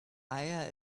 aya